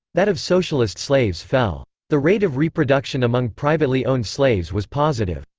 that of socialist slaves fell. the rate of reproduction among privately-owned slaves was positive.